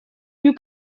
you